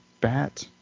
bat